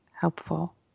helpful